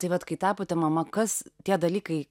tai vat kai tapote mama kas tie dalykai